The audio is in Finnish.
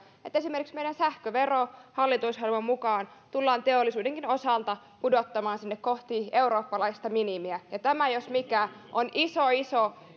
että esimerkiksi meidän sähkövero hallitusohjelman mukaan tullaan teollisuudenkin osalta pudottamaan kohti eurooppalaista minimiä tämä jos mikä on iso iso